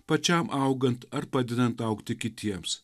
pačiam augant ar padedant augti kitiems